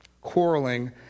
quarreling